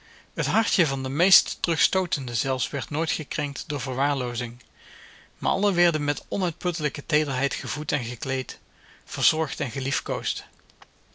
het hartje van de meest terugstootende zelfs werd nooit gekrenkt door verwaarloozing maar allen werden met onuitputtelijke teederheid gevoed en gekleed verzorgd en